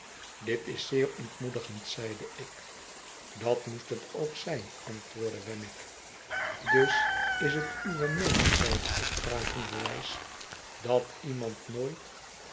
dit is zeer ontmoedigend zeide ik dat moest het ook zijn antwoordde wemmick dus is het uwe meening zeide ik vragenderwijs dat iemand nooit